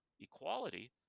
equality